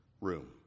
room